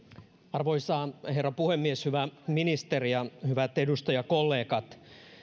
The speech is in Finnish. arvoisa herra puhemies hyvä ministeri ja hyvät edustajakollegat